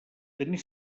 tenir